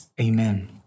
Amen